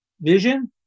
vision